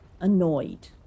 annoyed